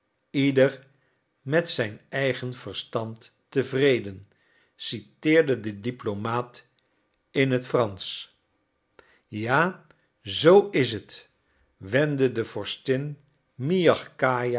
ieder met zijn eigen verstand tevreden citeerde de diplomaat in het fransch ja zoo is het wendde de